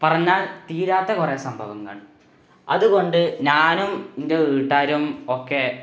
പറഞ്ഞാല് തീരാത്ത കുറേ സംഭവങ്ങള് അതുകൊണ്ട് ഞാനും എന്റെ വീട്ടുകാരുമൊക്കെ